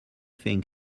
thing